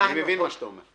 אני מבין את מה שאתה אומר.